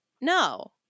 no